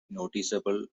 noticeable